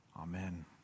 Amen